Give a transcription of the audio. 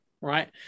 right